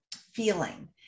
feeling